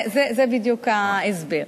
זה בדיוק ההסבר.